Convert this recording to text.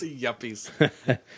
Yuppies